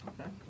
Okay